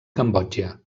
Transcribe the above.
cambodja